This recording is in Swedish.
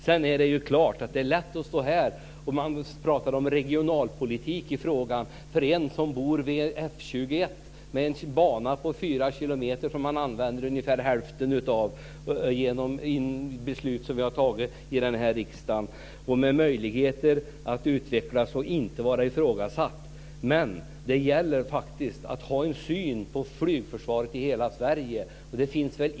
Det är klart att det för den som bor vid F 21 - med en bana på 4 kilometer som man använder ungefär hälften av genom beslut som tagits här i riksdagen och med möjligheter att utvecklas och inte vara ifrågasatt - är lätt att stå här och prata om regionalpolitik i frågan. Men det gäller faktiskt att se till flygförsvaret i hela Sverige.